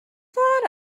thought